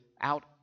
out